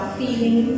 feeling